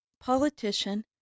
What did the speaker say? politician